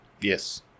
Yes